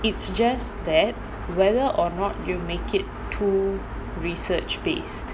it's just that whether or not you make it to research based